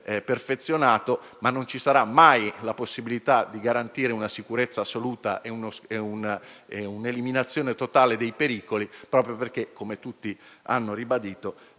perfezionato, non ci sarà mai la possibilità di garantire una sicurezza assoluta e un'eliminazione totale dei pericoli, proprio perché, come tutti hanno ribadito,